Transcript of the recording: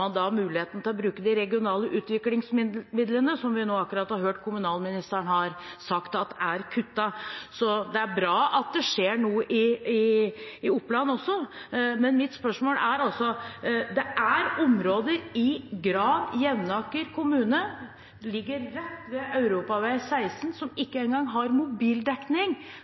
muligheten til å bruke de regionale utviklingsmidlene som vi nå akkurat har hørt at kommunalministeren har sagt er kuttet. Det er bra at det skjer noe i Oppland også. Det er områder i Gran og Jevnaker kommuner, som ligger rett ved E16, som ikke engang har mobildekning.